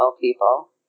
people